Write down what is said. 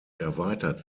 erweitert